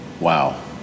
Wow